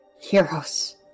heroes